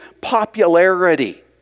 popularity